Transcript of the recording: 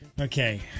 okay